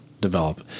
develop